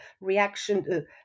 reaction